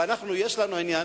ויש לנו עניין